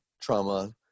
trauma